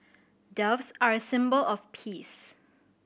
doves are a symbol of peace